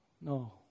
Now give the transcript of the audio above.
No